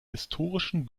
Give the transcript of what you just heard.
historischen